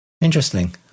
interesting